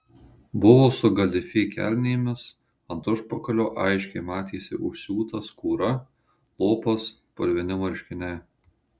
buvo su galifė kelnėmis ant užpakalio aiškiai matėsi užsiūta skūra lopas purvini marškiniai